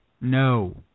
no